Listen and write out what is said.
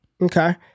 Okay